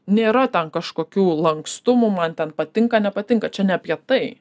nėra ten kažkokių lankstumų man ten patinka nepatinka čia ne apie tai